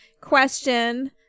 question